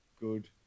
good